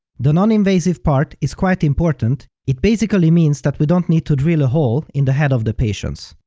the non-invasive part is quite important, it basically means that we don't need to drill a hole in the head of the patients.